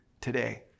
today